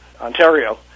Ontario